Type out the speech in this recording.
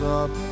up